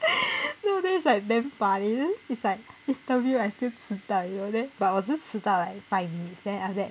no then it's like damn funny then it's like interview I still 迟到 you know then but 我是迟到 like five minutes then after that